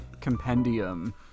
compendium